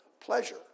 pleasure